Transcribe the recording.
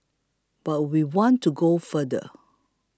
but we want to go further